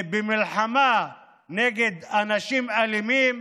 במלחמה נגד אנשים אלימים,